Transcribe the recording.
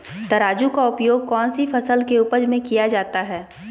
तराजू का उपयोग कौन सी फसल के उपज में किया जाता है?